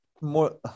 More